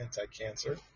anti-cancer